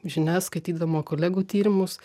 žinias skaitydama kolegų tyrimus